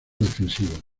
defensivo